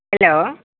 hello